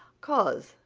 cause,